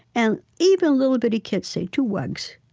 and even little, bitty kids say, two wugs.